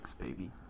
baby